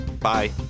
bye